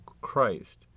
Christ